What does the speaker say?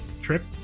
trip